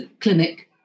clinic